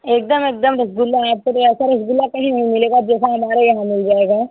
एक दम एक दम रसगुल्ला है आपको भी ऐसा रसगुल्ला कहीं नहीं मिलेगा अब जैसा हमारे यहाँ मिल जाएगा